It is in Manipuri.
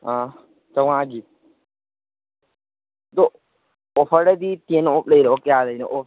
ꯑꯥ ꯆꯥꯝꯉꯥꯒꯤ ꯑꯗꯨ ꯑꯣꯐꯔꯗꯗꯤ ꯇꯦꯟ ꯑꯣꯐ ꯂꯩꯔꯣ ꯀꯌꯥ ꯂꯩꯔꯤꯅꯣ ꯑꯣꯐ